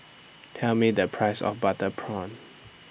Tell Me The Price of Butter Prawn